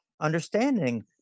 understanding